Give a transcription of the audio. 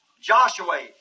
Joshua